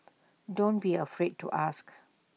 don't be afraid to ask